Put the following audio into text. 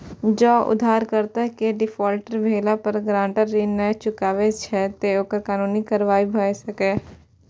जौं उधारकर्ता के डिफॉल्टर भेला पर गारंटर ऋण नै चुकबै छै, ते कानूनी कार्रवाई भए सकैए